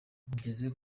ngeze